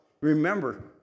Remember